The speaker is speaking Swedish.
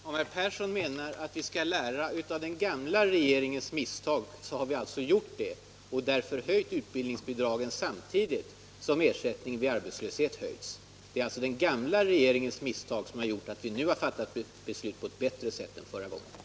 Herr talman! Om herr Persson menar att vi skall lära av den gamla regeringens misstag så har vi gjort det och alltså höjt utbildningsbidraget samtidigt som ersättningen vid arbetslöshet höjts. Det är den gamla regeringens misstag som har gjort att vi nu har fattat beslut på ett bättre sätt än den förra regeringen gjorde.